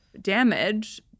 damage